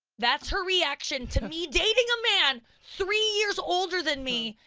that's her reaction to me dating a man three years older than me,